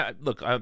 look